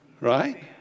Right